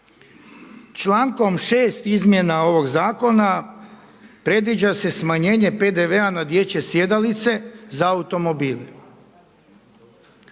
Člankom 6. izmjena ovog zakona predviđa se smanjenje PDV-a na dječje sjedalice za automobile.